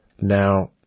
Now